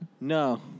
No